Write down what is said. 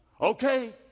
okay